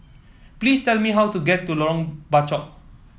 please tell me how to get to Lorong Bachok